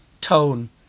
tone